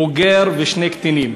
בוגר ושני קטינים,